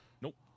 Nope